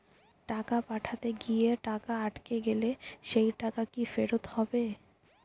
টাকা পাঠাতে গিয়ে টাকা আটকে গেলে সেই টাকা কি ফেরত হবে?